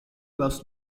was